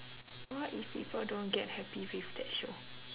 what if people don't get happy with that show